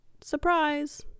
surprise